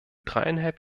dreieinhalb